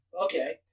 Okay